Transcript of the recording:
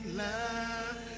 love